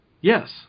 Yes